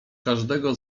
każdego